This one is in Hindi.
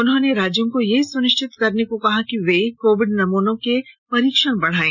उन्होंने राज्यों को यह सुनिश्चित करने के लिए कहा है कि वे कोविड नमुनों के परीक्षण बढाएं